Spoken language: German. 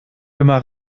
immer